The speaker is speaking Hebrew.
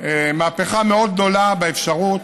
מהפכה מאוד גדולה באפשרות